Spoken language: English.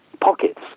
pockets